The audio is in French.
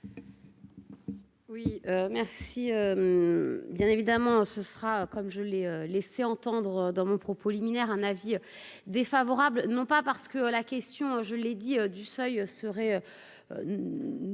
Oui merci, bien évidemment, ce sera comme je l'ai laissé entendre dans mon propos liminaire un avis défavorable, non pas parce que, à la question, je l'ai dit du seuil serait